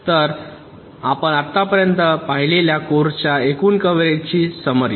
तर आपण आतापर्यंत पाहिलेल्या कोर्सच्या एकूण कव्हरेजची समरी